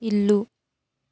ఇల్లు